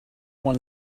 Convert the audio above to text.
one